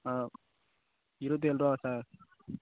இருபத்தி ஏழு ரூபாவா சார்